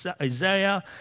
Isaiah